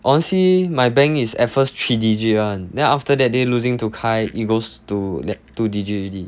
I want see my bank is at first three digit one then after that day losing to kyle it goes to two digit already